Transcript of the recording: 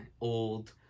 old